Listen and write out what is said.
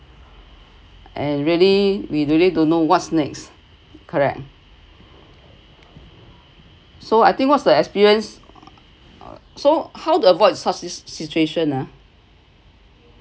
and really we really don't know what's next correct so I think what's the experience so how to avoid such this situation ah